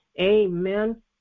Amen